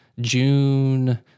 June